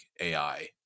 ai